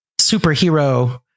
superhero